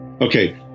Okay